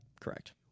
Correct